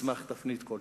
תצמח תפנית כלשהי.